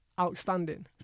outstanding